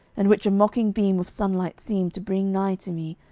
and which a mocking beam of sunlight seemed to bring nigh to me,